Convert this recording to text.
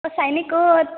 অঁ চাইনী ক'ত